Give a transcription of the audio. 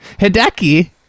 Hideki